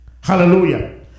Hallelujah